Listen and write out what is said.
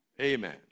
Amen